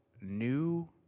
new –